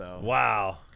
Wow